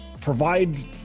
provide